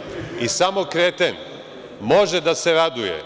Dakle, samo idiot i samo kreten može da se raduje